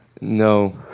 No